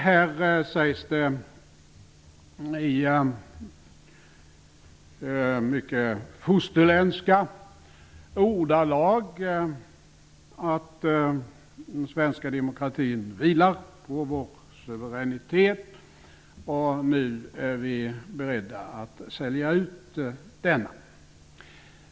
Här sägs det i mycket fosterländska ordalag att den svenska demokratin vilar på vår suveränitet och att vi nu är beredda att sälja ut denna.